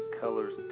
colors